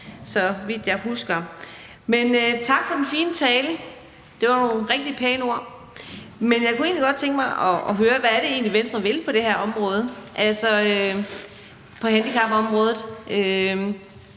så vidt jeg husker. Men tak for den fine tale. Det var jo nogle rigtig pæne ord. Men jeg kunne godt tænke mig at høre, hvad det egentlig er, Venstre vil på handicapområdet.